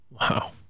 Wow